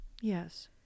Yes